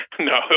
No